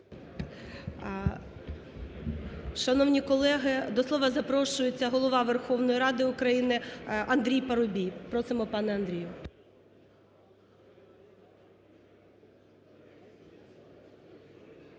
Шановні колеги! До слова запрошується Голова Верховної Ради України Андрій Парубій. Просимо, пане Андрію.